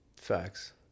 Facts